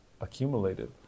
accumulated